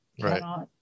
right